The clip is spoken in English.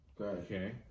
Okay